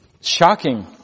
shocking